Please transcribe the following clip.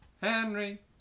Henry